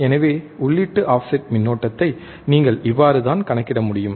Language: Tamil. எனவே உள்ளீட்டு ஆஃப்செட் மின்னோட்டத்தை நீங்கள் இவ்வாறு தான் கணக்கிட முடியும்